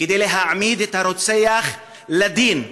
כדי להעמיד את הרוצח לדין.